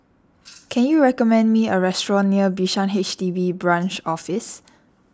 can you recommend me a restaurant near Bishan H D B Branch Office